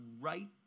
right